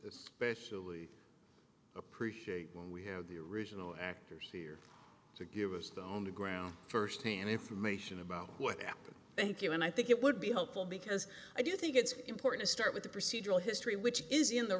bestially appreciate when we have the original actors here to give us the only ground first hand information about what happened thank you and i think it would be helpful because i do think it's important to start with the procedural history which is in the